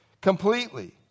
completely